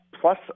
plus